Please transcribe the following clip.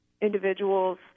individuals